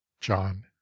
John